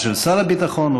או של שר הביטחון,